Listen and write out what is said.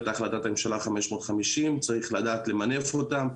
החלטת ממשלה 550. צריך לדעת למנף אותם.